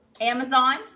Amazon